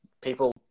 people